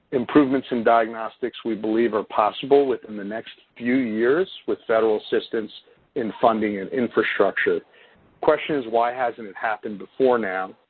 improvements in diagnostics, we believe, are possible within the next few years with federal assistance in funding and infrastructure. the question is why hasn't it happened before now?